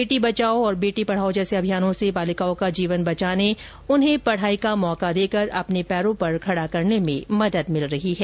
बेटी बचाओ बेटी पढ़ाओ जैसे अभियानों से बालिकाओं का जीवन बचाने उन्हें पढ़ाई का मौका देकर अपने पैरों पर खड़ा करने में मदद मिल रही है